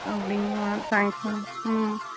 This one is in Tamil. அப்படிங்களா தேங்க்ஸ் மேம் ம்